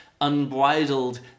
unbridled